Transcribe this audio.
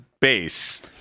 base